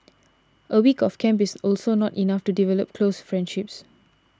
a week of camp is also not enough to develop close friendships